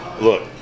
look